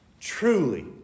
Truly